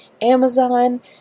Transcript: Amazon